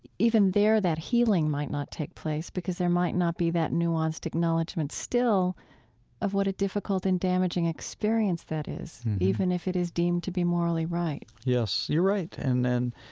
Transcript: even there that healing might not take place because there might not be that nuanced acknowledgment still of what a difficult and damaging experience that is, even if it is deemed to be morally right yes, you're right. and and